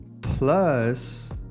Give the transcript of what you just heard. Plus